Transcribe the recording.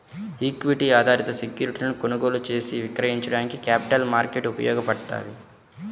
equity ఆధారిత సెక్యూరిటీలను కొనుగోలు చేసి విక్రయించడానికి క్యాపిటల్ మార్కెట్ ఉపయోగపడ్తది